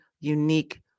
unique